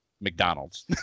McDonald's